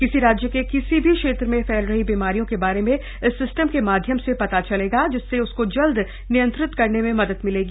किसी राज्य के किसी भी क्षेत्र में फैल रही बीमारियों के बारे में इस सिस्टम के माध्यम पता चलेगा जिससे उसको जल्द नियंत्रित करने में मदद मिलेगी